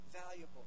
valuable